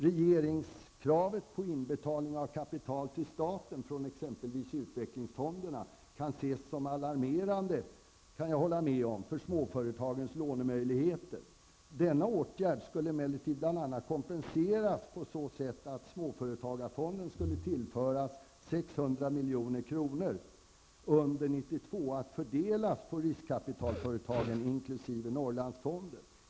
Regeringskravet på inbetalning av kapital till staten från t.ex. utvecklingsfonderna kan ses som alarmerande för småföretagens lånemöjligheter, det kan jag hålla med om. Denna åtgärd skulle emellertid bl.a. kompenseras på så sätt att under 1992 att fördelas på riskkapitalföretagen, inkl. Norrlandsfonden.